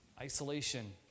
Isolation